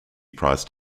priced